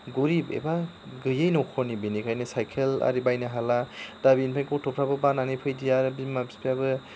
गरिब एबा गैयै न'खरनि बिनिखायनो साइखेलआरि बायनो हाला दा बिनिफ्राय गथ'फ्राबो बानानै फैदिया बिमा बिफायाबो